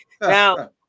now